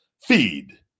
Feed